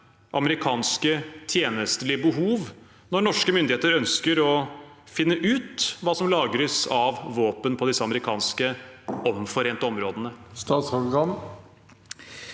amerikanske tjenstlige behov når norske myndigheter ønsker å finne ut hva som lagres av våpen på disse amerikanske omforente områdene? Statsråd Bjørn